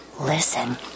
listen